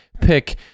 pick